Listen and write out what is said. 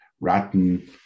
rotten